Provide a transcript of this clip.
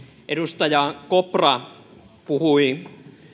edustaja kopra puhui